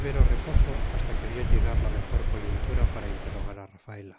ibero reposo hasta que vio llegar la mejor coyuntura para interrogar a rafaela